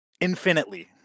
infinitely